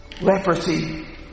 Leprosy